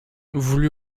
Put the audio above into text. voulut